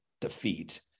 defeat